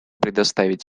предоставить